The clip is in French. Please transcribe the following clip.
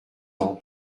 ans